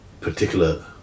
particular